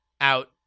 out